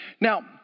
Now